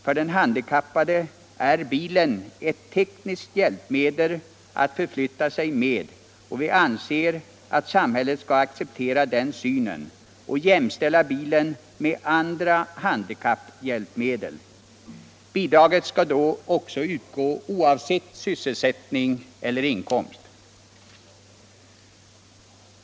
För den handikappade är bilen ett tekniskt hjälpmedel att förflytta sig med, och de anser att samhället skall acceptera den synen och jämställa bilen med andra handikapphjälpmedel. Bidraget skall då också utgå oavsett sysselsättning eller inkomst.